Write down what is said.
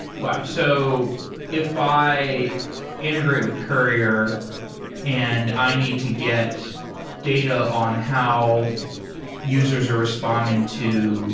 wow! if so if i integrate with courier and i need to get data on how users are responding to